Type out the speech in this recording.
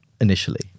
initially